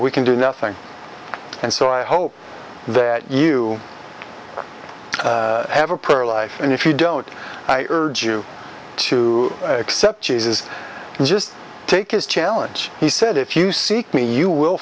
we can do nothing and so i hope that you have a pearl life and if you don't i urge you to accept jesus and just take his challenge he said if you seek me you will